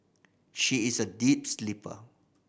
she is a deep sleeper